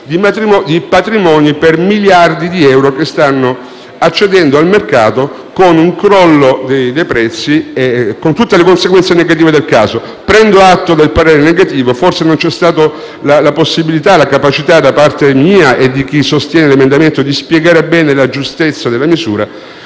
di patrimoni per miliardi di euro, che stanno accedendo al mercato, con un crollo dei prezzi e con tutte le conseguenze negative del caso. Prendo atto del parere contrario; forse non c'è stata la possibilità e la capacità, da parte mia e di chi sostiene l'emendamento, di spiegare bene la giustezza della misura.